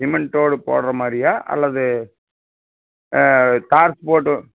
cement road போடுற மாதிரியா அல்லது டார்ச் போட்டு